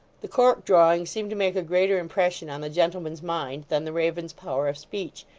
the cork-drawing seemed to make a greater impression on the gentleman's mind, than the raven's power of speech,